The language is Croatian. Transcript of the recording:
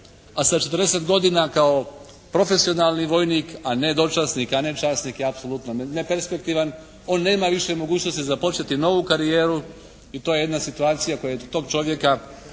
a sa 40 godina kao profesionalni vojnik, a ne dočasnik, a ne časnik je apsolutno neperspektivan. On nema više mogućnosti započeti novu karijeru i to je jedna situacija koja tog čovjeka